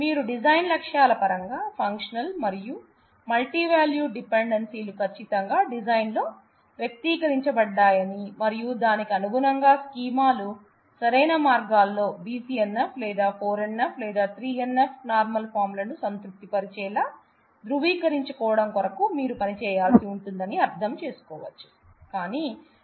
మీరు డిజైన్ లక్ష్యాల పరంగా ఫంక్షనల్ మరియు మల్టీవాల్యూడ్ డిపెండెన్స్ లు కచ్చితంగా డిజైన్ లో వ్యక్తీకరించబడ్డాయని మరియు దానికి అనుగుణంగా స్కీమాలు సరైన మార్గాల్లో BCNF లేదా 4 NF లేదా 3 NF నార్మల్ ఫార్మ్ లను సంతృప్తి పరచేలా ధృవీకరించుకోవడం కొరకు మీరు పనిచేయాల్సి ఉంటుందని అర్థం చేసుకోవచ్చు